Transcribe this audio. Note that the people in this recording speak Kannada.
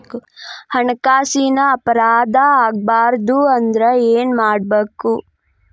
ಹಣ್ಕಾಸಿನ್ ಅಪರಾಧಾ ಆಗ್ಬಾರ್ದು ಅಂದ್ರ ಏನ್ ಮಾಡ್ಬಕು?